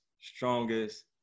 strongest